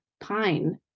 pine